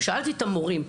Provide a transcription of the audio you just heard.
שאלתי את המורים,